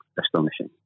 astonishing